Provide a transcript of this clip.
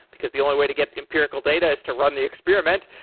because the only way to get empirical data is to run the experiment.